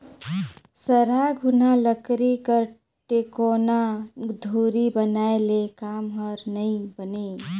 सरहा घुनहा लकरी कर टेकोना धूरी बनाए ले काम हर नी बने